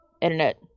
internet